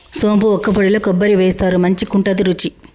సోంపు వక్కపొడిల కొబ్బరి వేస్తారు మంచికుంటది రుచి